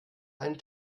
einen